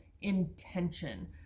intention